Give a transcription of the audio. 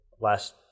last